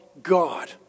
god